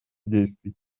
действий